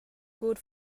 good